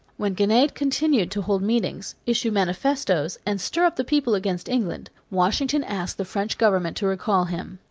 when genet continued to hold meetings, issue manifestoes, and stir up the people against england, washington asked the french government to recall him.